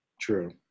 True